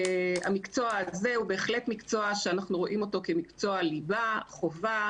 המקצוע הזה הוא בהחלט מקצוע שאנחנו רואים אותו כמקצוע ליבה חובה,